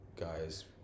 guys